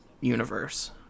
universe